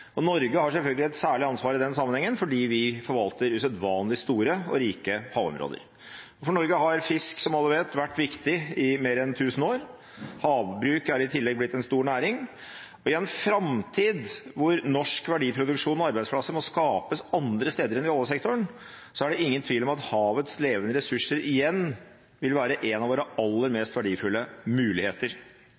økosystemer. Norge har selvfølgelig et særlig ansvar i den sammenhengen fordi vi forvalter usedvanlig store og rike havområder. For Norge har som alle vet, fisk vært viktig i mer enn tusen år.. Havbruk er i tillegg blitt en stor næring. Og i en framtid hvor norsk verdiproduksjon og arbeidsplasser må skapes andre steder enn i oljesektoren, er det ingen tvil om at havets levende ressurser igjen vil være en av våre aller mest verdifulle muligheter.